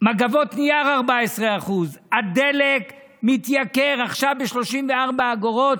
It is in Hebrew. מגבות נייר, 14%. הדלק מתייקר עכשיו ב-34 אגורות,